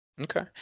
okay